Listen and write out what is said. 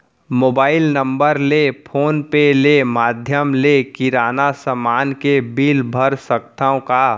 Mobile number ले PhonePe ले माधयम ले किराना समान के बिल भर सकथव का?